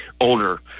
older